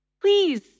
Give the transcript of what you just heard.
Please